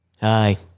Hi